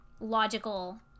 logical